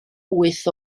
wyth